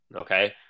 okay